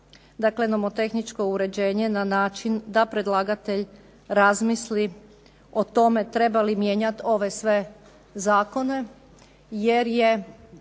svega nomotehničko uređenje na način da predlagatelj razmisli o tome treba li mijenjati ove sve zakone, jer je